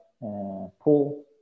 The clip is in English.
pool